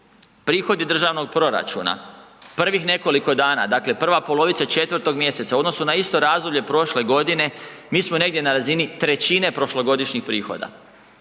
prihodi državnog proračuna, prvih nekoliko dana, dakle prva polovica 4. mj. U odnosu na isto razdoblje prošle godine, mi smo negdje na razini 1/3 prošlogodišnjih prihoda.